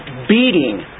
beating